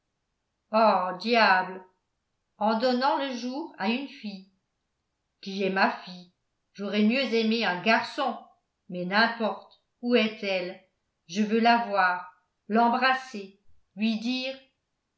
diable en donnant le jour à une fille qui est ma fille j'aurais mieux aimé un garçon mais n'importe où est-elle je veux la voir l'embrasser lui dire